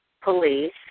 police